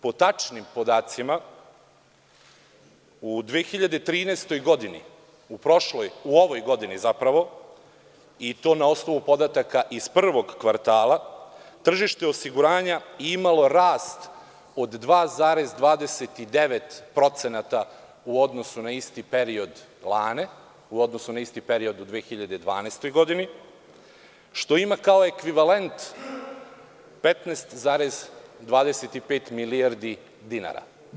Po tačnim podacima u 2013. godini, u ovoj godini, i to na osnovu podataka iz prvog kvartala, tržište osiguranja imalo je rast od 2,29% u odnosu na isti period lane, u odnosu na isti period u 2012. godini, što ima kao ekvivalent 15,25 milijardi dinara.